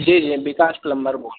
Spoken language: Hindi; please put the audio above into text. जी विकास प्लमबर बोल